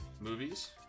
movies